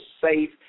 safe